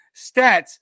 stats